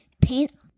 paint